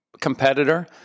competitor